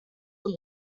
zum